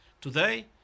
today